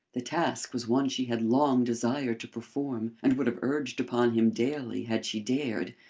the task was one she had long desired to perform, and would have urged upon him daily had she dared,